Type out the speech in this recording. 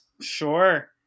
Sure